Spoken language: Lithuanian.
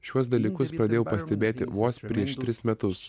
šiuos dalykus pradėjau pastebėti vos prieš tris metus